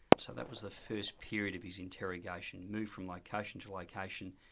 so that was the first period of his interrogation, moved from location to location,